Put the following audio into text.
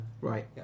Right